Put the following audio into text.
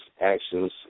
actions